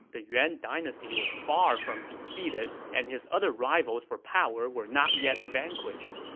the yuan dynasty was far from defeated and his other rivals for power were not yet vanquished.